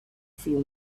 few